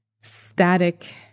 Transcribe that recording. static